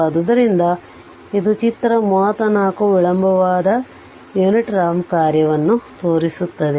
ಆದ್ದರಿಂದ ಇದು ಚಿತ್ರ 34 ವಿಳಂಬವಾದ ಯುನಿಟ್ ರಾಂಪ್ ಕಾರ್ಯವನ್ನು ತೋರಿಸುತ್ತದೆ